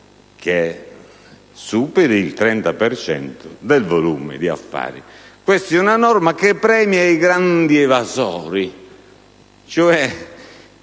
30 per cento del volume di affari. Questa è una norma che premia i grandi evasori;